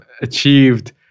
achieved